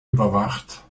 überwacht